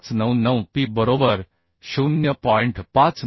599P बरोबर 0